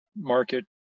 market